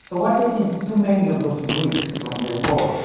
so, we're taking too many of those breaks from the world,